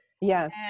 Yes